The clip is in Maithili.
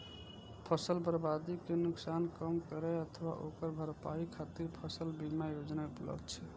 फसल बर्बादी के नुकसान कम करै अथवा ओकर भरपाई खातिर फसल बीमा योजना उपलब्ध छै